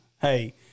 Hey